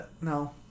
No